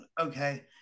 okay